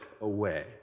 away